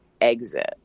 exit